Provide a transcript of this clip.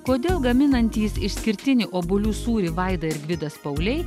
kodėl gaminantys išskirtinį obuolių sūrį vaida ir gvidas pauliai